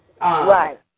Right